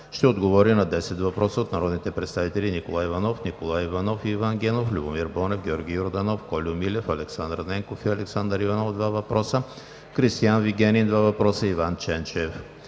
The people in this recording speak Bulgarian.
ще отговори на десет въпроса от народните представители Николай Иванов и Иван Генов, Любомир Бонев, Георги Йорданов, Кольо Милев, Александър Ненков и Александър Иванов – два въпроса; Кристиан Вигенин – два въпроса, и Иван Ченчев.